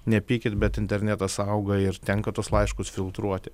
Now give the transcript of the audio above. nepykit bet internetas auga ir tenka tuos laiškus filtruoti